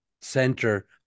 center